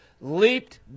leaped